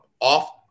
off